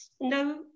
no